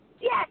Yes